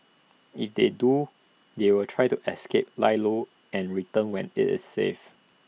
if they do they will try to escape lie low and return when IT is safe